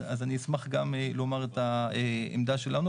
אז אני אשמח גם לומר את העמדה שלנו.